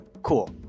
Cool